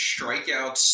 strikeouts